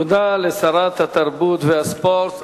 תודה לשרת התרבות והספורט.